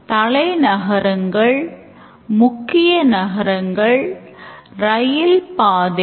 எனவே இது ஒரு முக்கிய காட்சி போன்றது